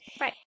right